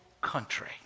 country